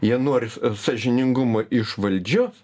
jie nori sąžiningumo iš valdžios